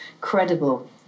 credible